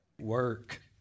Work